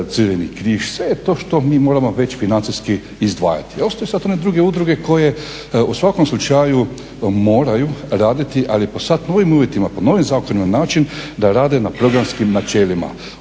Crveni križ sve je to što mi moramo već financijski izdvajati. Ostaju sada one druge udruge koje u svakom slučaju moraju raditi ali sada po novim uvjetima, po novim zakonima način da rade na programskim načelima.